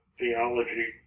theology